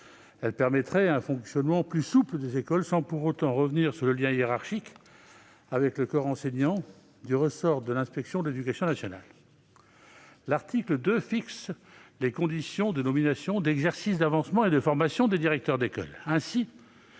permettrait un fonctionnement plus souple des écoles, sans pour autant revenir sur le lien hiérarchique avec le corps enseignant, qui relève de l'inspection de l'éducation nationale. L'article 2 fixe les conditions de nomination, d'exercice, d'avancement et de formation des directeurs d'école.